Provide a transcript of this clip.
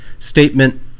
Statement